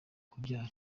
kubyara